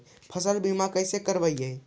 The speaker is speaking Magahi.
फसल बीमा कैसे करबइ?